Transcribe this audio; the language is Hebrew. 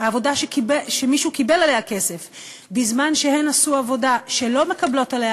העבודה שמישהו קיבל עליה כסף בזמן שהן עשו עבודה שהן לא מקבלות עליה,